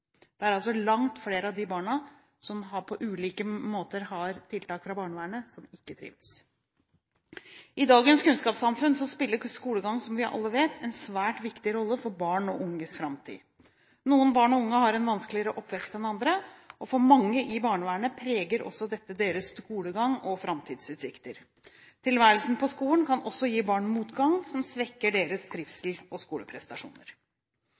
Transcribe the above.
Det er altså langt flere av de barna som på ulike måter har tiltak fra barnevernet, som ikke trives. I dagens kunnskapssamfunn spiller skolegang, som vi alle vet, en svært viktig rolle for barn og unges framtid. Noen barn og unge har en vanskeligere oppvekst enn andre, og for mange i barnevernet preger også dette deres skolegang og framtidsutsikter. Tilværelsen på skolen kan også gi barn motgang som svekker deres trivsel og skoleprestasjoner.